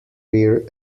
rear